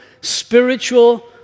spiritual